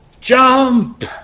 jump